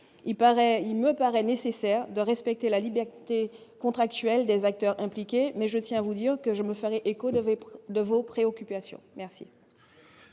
il me paraît nécessaire de respecter la liberté contractuelle des acteurs impliqués mais je tiens à vous dire que je me faire économiser près de vos préoccupations merci.